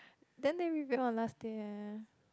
then they reveal on last day eh